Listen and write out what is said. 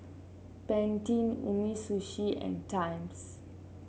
Pantene Umisushi and Times